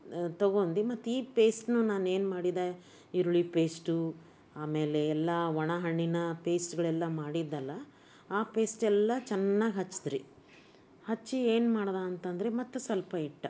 ತೊಗೊಂಡು ಮತ್ತು ಈ ಪೇಸ್ಟ್ನೂ ನಾನೇನು ಮಾಡಿದೆ ಈರುಳ್ಳಿ ಪೇಸ್ಟು ಆಮೇಲೆ ಎಲ್ಲ ಒಣಹಣ್ಣಿನ ಪೇಸ್ಟ್ಗಳೆಲ್ಲ ಮಾಡಿದೆನಲ್ಲ ಆ ಪೇಸ್ಟೆಲ್ಲ ಚೆನ್ನಾಗಿ ಹಚ್ಚಿದ್ರಿ ಹಚ್ಚಿ ಏನ್ಮಾಡ್ದೆ ಅಂತಂದ್ರೆ ಮತ್ತು ಸ್ವಲ್ಪ ಇಟ್ಟು